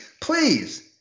please